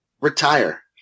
retire